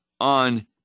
on